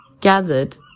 gathered